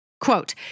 quote